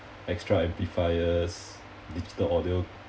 extra amplifiers digital audio